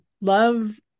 love